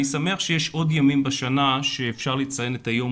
אני שמח שיש עוד ימים בשנה שאפשר לציין את היום